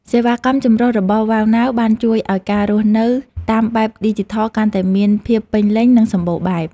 សេវាកម្មចម្រុះរបស់វ៉ៅណាវបានជួយឱ្យការរស់នៅតាមបែបឌីជីថលកាន់តែមានភាពពេញលេញនិងសម្បូរបែប។